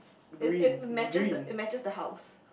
it it matches the it matches the house